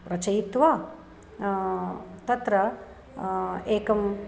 रचयित्वा तत्र एकं